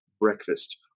breakfast